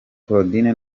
claudine